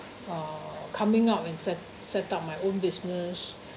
uh coming out and set set up my own business